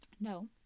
No